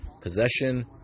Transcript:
possession